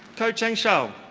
koh cheng shauw.